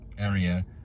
area